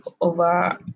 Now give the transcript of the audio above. over